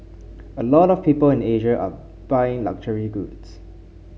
a lot of people in Asia are buying luxury goods